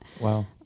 Wow